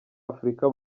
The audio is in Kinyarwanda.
afurika